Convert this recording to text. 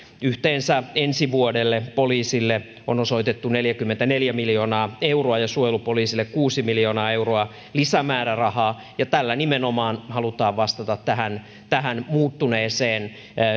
yhteensä ensi vuodelle poliisille on osoitettu neljäkymmentäneljä miljoonaa euroa ja suojelupoliisille kuusi miljoonaa euroa lisämäärärahaa ja tällä nimenomaan halutaan vastata tähän tähän muuttuneeseen